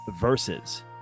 Versus